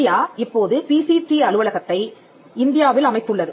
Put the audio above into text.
India இப்போது PCT அலுவலகத்தை இந்தியாவில் அமைத்துள்ளது